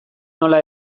nola